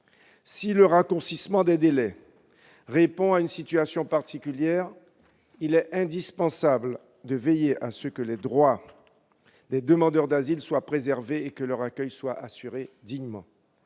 Si le raccourcissement des délais répond à une situation particulière, il est indispensable de veiller à ce que les droits des demandeurs d'asile soient préservés, et leur accueil dignement